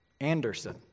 Anderson